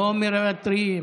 לא מוותרים.